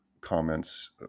comments